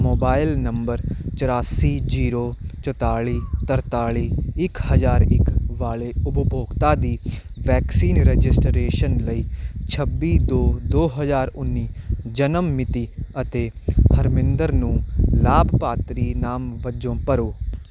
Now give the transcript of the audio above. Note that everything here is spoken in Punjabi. ਮੋਬਾਈਲ ਨੰਬਰ ਚੁਰਾਸੀ ਜੀਰੋ ਚੁਤਾਲੀ ਤਰਤਾਲੀ ਇੱਕ ਹਜ਼ਾਰ ਇੱਕ ਵਾਲੇ ਉਪਭੋਗਤਾ ਦੀ ਵੈਕਸੀਨ ਰਜਿਸਟ੍ਰੇਸ਼ਨ ਲਈ ਛੱਬੀ ਦੋ ਦੋ ਹਜ਼ਾਰ ਉੱਨੀ ਜਨਮ ਮਿਤੀ ਅਤੇ ਹਰਮਿੰਦਰ ਨੂੰ ਲਾਭਪਾਤਰੀ ਨਾਮ ਵਜੋਂ ਭਰੋ